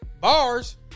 Bars